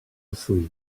asleep